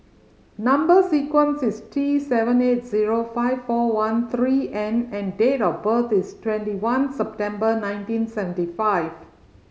number sequence is T seven eight zero five four one three N and date of birth is twenty one September nineteen seventy five